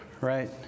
right